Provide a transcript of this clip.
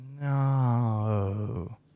no